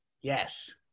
Yes